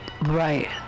Right